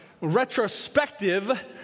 retrospective